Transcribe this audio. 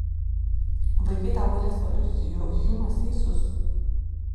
vaikai tau galės paliudyti jog hjumas teisus